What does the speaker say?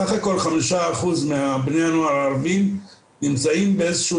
בסך הכול 5% מבני הנוער הערבים נמצאים באיזה שהוא